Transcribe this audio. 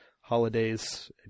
holidays